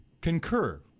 concur